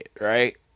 right